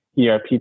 erp